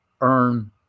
earn